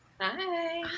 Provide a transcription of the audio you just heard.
hi